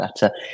better